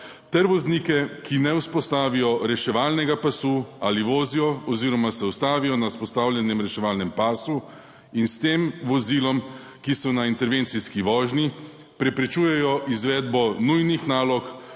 ter voznike, ki ne vzpostavijo reševalnega pasu ali vozijo oziroma se ustavijo na vzpostavljenem reševalnem pasu in s tem vozilom, ki so na intervencijski vožnji, preprečujejo izvedbo nujnih nalog,